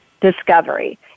discovery